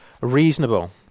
reasonable